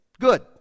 good